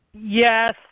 Yes